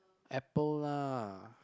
Apple lah